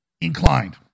inclined